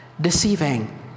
deceiving